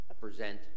present